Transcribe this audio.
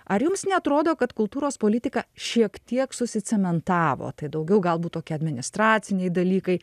ar jums neatrodo kad kultūros politika šiek tiek susicementavo tai daugiau galbūt tokie administraciniai dalykai